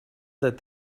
that